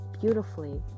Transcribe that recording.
beautifully